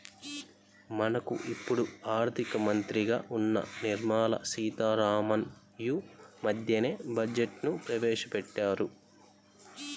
మనకు ఇప్పుడు ఆర్థిక మంత్రిగా ఉన్న నిర్మలా సీతారామన్ యీ మద్దెనే బడ్జెట్ను ప్రవేశపెట్టారు